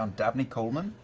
um dabney coleman?